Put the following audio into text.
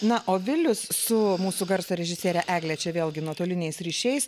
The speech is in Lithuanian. na o vilius su mūsų garso režisiere egle čia vėlgi nuotoliniais ryšiais